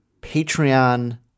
Patreon